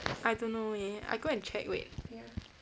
I don't know eh I go and check wait